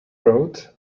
road